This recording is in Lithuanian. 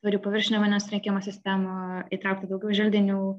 ir paviršinių vandens surinkimų sistemų įtraukti daugiau želdinių